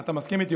אתה מסכים איתי,